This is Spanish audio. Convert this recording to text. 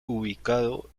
ubicado